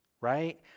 right